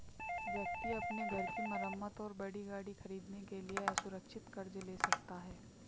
व्यक्ति अपने घर की मरम्मत और बड़ी गाड़ी खरीदने के लिए असुरक्षित कर्ज ले सकता है